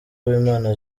uwimana